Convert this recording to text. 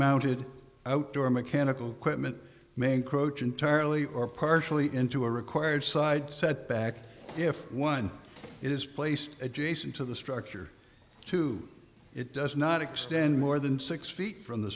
mounted outdoor mechanical equipment make roach entirely or partially into a required side setback if one is placed adjacent to the structure to it does not extend more than six feet from the